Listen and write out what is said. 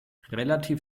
relativ